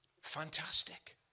fantastic